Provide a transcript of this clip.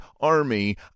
army